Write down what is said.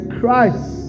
Christ